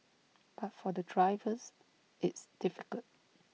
but for the drivers it's difficult